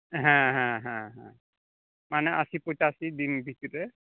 ᱦᱮᱸ ᱦᱮᱸ ᱦᱮᱸ ᱦᱮᱸ ᱢᱟᱱᱮ ᱟᱥᱤ ᱯᱚᱸᱪᱟᱥᱤ ᱫᱤᱱ ᱵᱷᱤᱛᱨᱤ ᱨᱮ